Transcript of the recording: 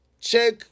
check